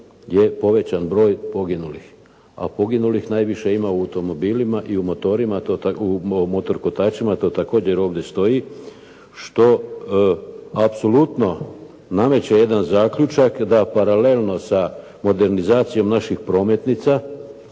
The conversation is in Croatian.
je povećan broj poginulih, a poginulih najviše ima u automobilima i u motorima, u motorkotačima, to također ovdje stoji, što apsolutno nameće jedan zaključak, da paralelno sa modernizacijom naših prometnica,